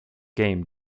game